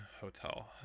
hotel